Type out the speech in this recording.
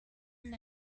and